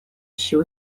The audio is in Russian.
еще